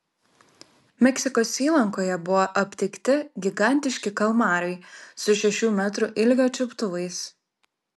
meksikos įlankoje buvo aptikti gigantiški kalmarai su šešių metrų ilgio čiuptuvais